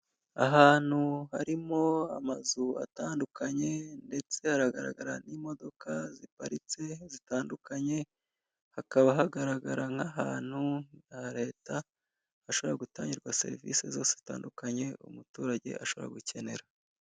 Ahantu harimo amazu atandukanye ndetse haragaragara n'imodoka ziparitse zitandukanye, hakaba hagaragara nk'ahantu ha leta hashobora gutangirwa serivisi zose zitandukanye umuturage ashobora gukenera.